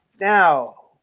Now